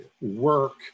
work